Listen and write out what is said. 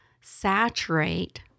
saturate